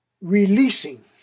releasing